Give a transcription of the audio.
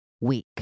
week